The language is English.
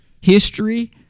history